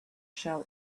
shell